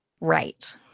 Right